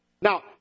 Now